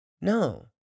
No